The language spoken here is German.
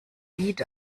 lied